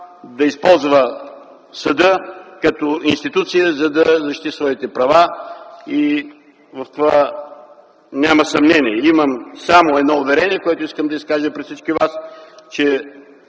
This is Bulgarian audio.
да използва съда като институция, за да защити своите права. В това няма съмнение. Имам само едно уверение, което искам да изкажа пред всички вас: аз